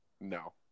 No